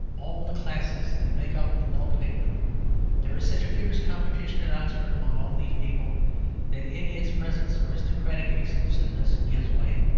all the classes that make up the bulk of england there is such a fierce competition at oxford among all these people that in its presence aristocratic exclusiveness gives way.